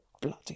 bloody